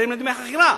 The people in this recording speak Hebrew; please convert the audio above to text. תשלם דמי חכירה.